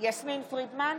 יסמין פרידמן,